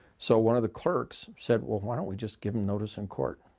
so one of the clerks said, well, why don't we just give them notice in court.